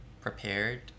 prepared